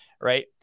right